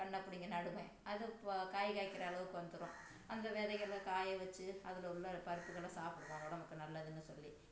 கண்ன பிடுங்கி நடுவேன் அது இப்போ காய் காய்க்கிற அளவுக்கு வந்துரும் அந்த விதைகள காய வச்சி அதில் உள்ள பருப்புகளை சாப்பிடுவோம் உடம்புக்கு நல்லதுன்னு சொல்லி